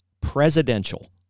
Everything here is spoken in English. presidential